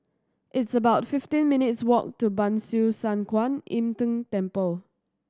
it's about fifteen minutes' walk to Ban Siew San Kuan Im Tng Temple